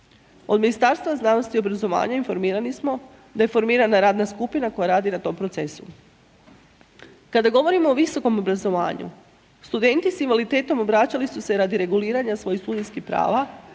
Od Ministarstva znanosti i obrazovanja informirani smo da je formirana radna skupina koje radi na tom procesu. Kada govorimo o visokom obrazovanju, studenti s invaliditetom obraćali su se radi reguliranja svojih studentskih prava